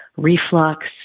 Reflux